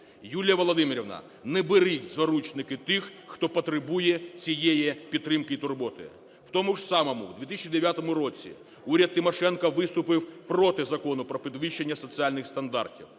Юлія Володимирівна, не беріть в заручники тих, хто потребує цієї підтримки і турботи. В тому ж самому 2009 році уряд Тимошенко виступив проти Закону про підвищення соціальних стандартів,